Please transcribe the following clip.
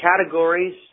categories